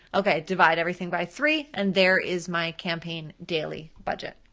okay, divide everything by three, and there is my campaign daily budget.